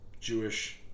Jewish